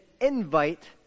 invite